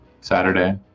Saturday